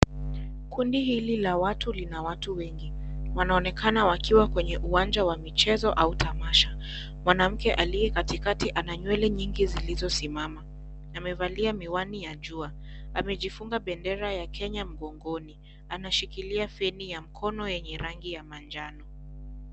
Kundi hili la watu lina watu wengi, wanaonekana wakiwa kwenye uwanja wa michezo au tamasha. Mwanamke aliye katikati ana nywele nyingi zilizosimama amevalia miwani ya jua. Amejifunga bendera ya Kenya mgongoni. Anashikilia feni ya mkono yenye rangi ya manjano.